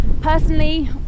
personally